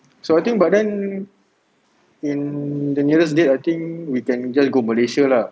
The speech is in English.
so I think about then in the nearest date I think we can just go malaysia lah